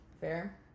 fair